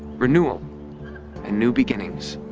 renewal and new beginnings.